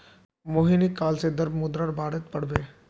रोहिणी काल से द्रव्य मुद्रार बारेत पढ़बे